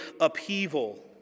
upheaval